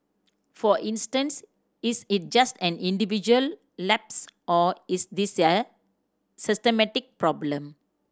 for instance is it just an individual lapse or is this a systemic problem